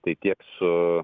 tai tiek su